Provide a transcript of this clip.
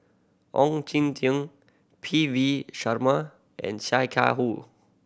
Ong Jin Teong P V Sharma and Sia Kah Hui